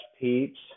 peeps